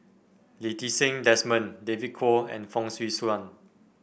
Lee Ti Seng Desmond David Kwo and Fong Swee Suan